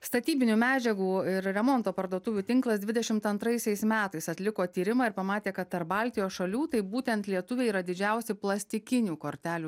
statybinių medžiagų ir remonto parduotuvių tinklas dvidešimt antraisiais metais atliko tyrimą ir pamatė kad tarp baltijos šalių taip tai būtent lietuviai yra didžiausi plastikinių kortelių